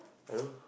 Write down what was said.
I don't know